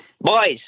Boys